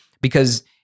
because-